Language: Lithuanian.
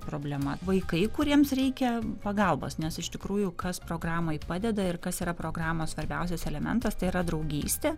problema vaikai kuriems reikia pagalbos nes iš tikrųjų kas programoj padeda ir kas yra programos svarbiausias elementas tai yra draugystė